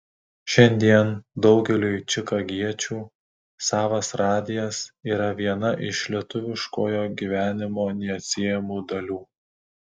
šiandien daugeliui čikagiečių savas radijas yra viena iš lietuviškojo gyvenimo neatsiejamų dalių